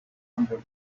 under